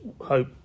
hope